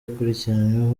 akurikiranyweho